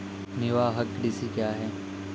निवाहक कृषि क्या हैं?